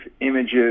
images